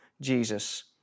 Jesus